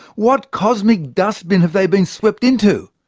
what cosmic dust bin have they been swept into?